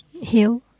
heal